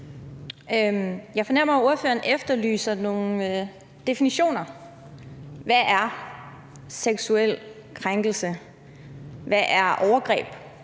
Jeg fornemmer, at ordføreren efterlyser nogle definitioner: Hvad er seksuel krænkelse? Hvad er overgreb?